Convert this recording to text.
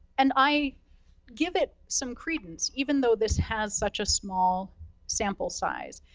and i give it some credence, even though this has such a small sample size.